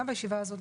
גם בישיבה הזאת,